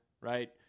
right